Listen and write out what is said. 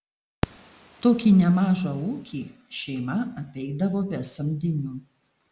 tokį nemažą ūkį šeima apeidavo be samdinių